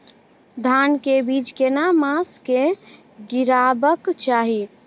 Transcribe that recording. धान के बीज केना मास में गीराबक चाही?